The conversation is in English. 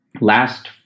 last